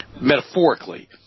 metaphorically